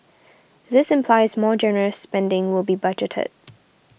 this implies more generous spending will be budgeted